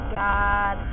god